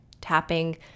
Tapping